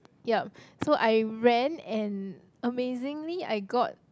yup so I ran and amazingly I got